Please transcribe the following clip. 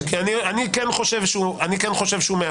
אני כן חושב שהוא מאפשר.